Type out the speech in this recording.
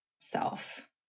self